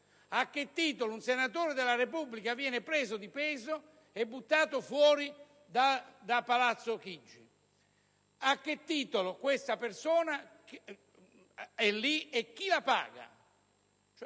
A che titolo un senatore della Repubblica viene preso di peso e buttato fuori da Palazzo Chigi? A che titolo quella persona è lì? E chi la paga?